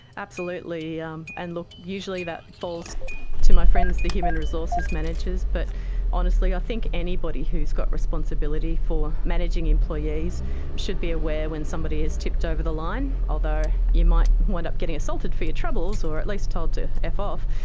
absolutely, um and usually that falls to my friends the human resources managers. but honestly, i think anybody who has got responsibility for managing employees should be aware when somebody has tipped over the line, although you might wind up getting assaulted for your troubles or at least told to f off,